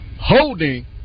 holding